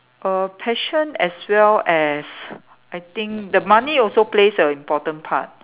err passion as well as I think the money also place a important part